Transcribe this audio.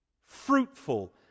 fruitful